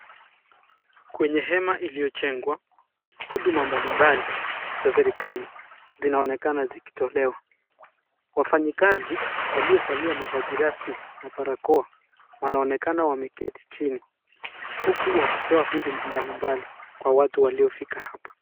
Kwenye hema iliojengwa, huduma mbalimbali za serikali zinaonekana zikitolewa. Wafanyikazi waliovalia mavazi rasmi na barakoa wanaonekana wameketi chini uku wakitoa huduma mbalimbali kwa watu waliofika hapa.